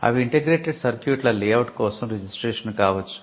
అవి ఇంటిగ్రేటెడ్ సర్క్యూట్ల లేఅవుట్ కోసం రిజిస్ట్రేషన్ కావచ్చు